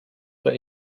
but